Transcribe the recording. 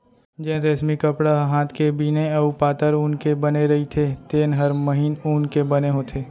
जेन रेसमी कपड़ा ह हात के बिने अउ पातर ऊन के बने रइथे तेन हर महीन ऊन के बने होथे